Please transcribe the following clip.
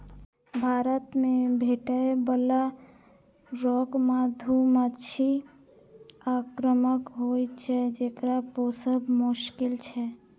भारत मे भेटै बला रॉक मधुमाछी आक्रामक होइ छै, जेकरा पोसब मोश्किल छै